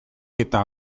eta